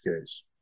case